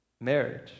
marriage